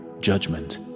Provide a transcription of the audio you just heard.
judgment